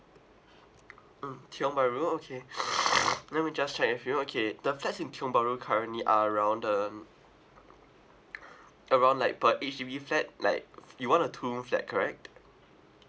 mm tiong bahru okay let me just check with you okay the flats in tiong bahru currently are around um around like per H_D_B flat like you want a two room flat correct